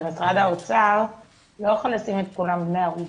אבל משרד האוצר לא יכול לשים את כולם כבני ערובה.